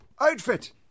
Outfit